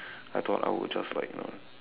I thought I would just like you know